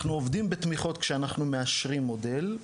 אנחנו עובדים בתמיכות כשאנחנו מאשרים מודל,